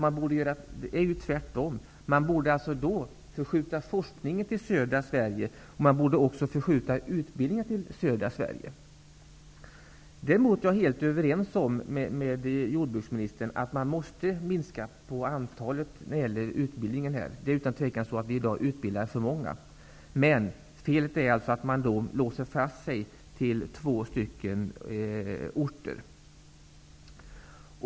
Man borde göra tvärtom: förskjuta forskningen och utbildningen till södra Sverige. Jag är däremot helt överens med jordbruksministern om att antalet utbildningsplatser måste minskas. Utan tvivel är det så att vi utbildar för många skogstekniker i Sverige. Felet, som jag menar, ligger emellertid i att man låser fast sig till två orter.